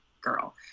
girl